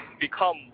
become